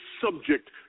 subject